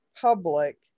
public